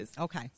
Okay